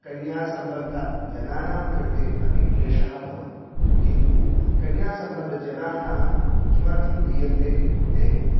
कन्यासम्बद्धजनानां कृते अपि क्लेशः भवति किन्तु कन्यासम्बद्धजनाः किमर्थं दीयन्ते इत्युक्ते